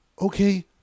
Okay